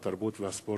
התרבות והספורט.